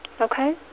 Okay